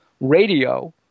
radio